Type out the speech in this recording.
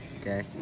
okay